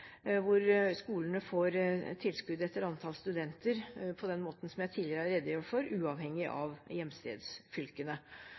hvor skolene får tilskudd etter antall studenter, på den måten jeg tidligere har redegjort for, uavhengig